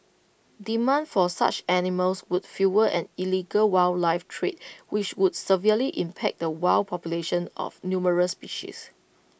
demand for such animals would fuel an illegal wildlife trade which would severely impact the wild populations of numerous species